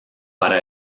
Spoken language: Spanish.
para